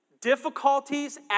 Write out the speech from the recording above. difficulties